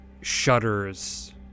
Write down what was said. shudders